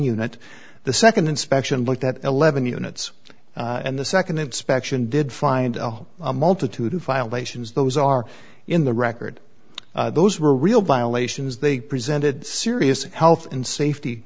unit the nd inspection looked at eleven units and the nd inspection did find a multitude of violations those are in the record those were real violations they presented serious health and safety